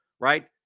right